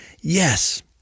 Yes